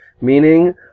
Meaning